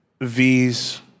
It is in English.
V's